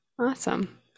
Awesome